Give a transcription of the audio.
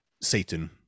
Satan